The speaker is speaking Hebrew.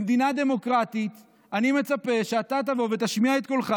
במדינה דמוקרטית אני מצפה שאתה תבוא ותשמיע את קולך.